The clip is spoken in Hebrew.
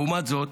לעומת זאת,